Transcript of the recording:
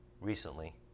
recently